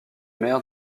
maire